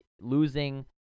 losing